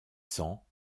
cents